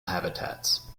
habitats